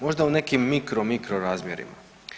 Možda u nekim mikro, mikro razmjerima.